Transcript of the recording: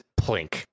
Plink